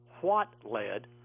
what-led